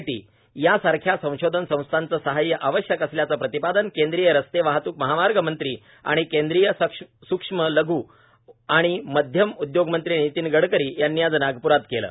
लक्ष्मीनारायण तंत्रज्ञान संस्था यासारख्या संशोधन संस्थांचे सहाय्य आवश्यक असल्याचे प्रतिपादन केंद्रीय रस्ते वाहतूक महामार्ग मंत्री आणि केंद्रीय सुक्ष्म लघू व मध्यम उद्योगमंत्री नितीन गडकरी यांनी आज नागप्रात केले